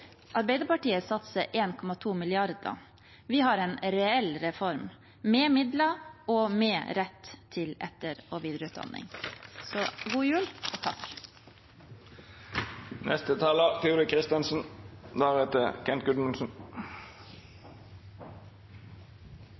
Arbeiderpartiet satser 1,2 mrd. kr. Vi har en reell reform, med midler og med rett til etter- og videreutdanning. Takk – og god jul! Det er ganske fornøyelig å sitte her og